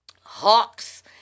hawks